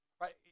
right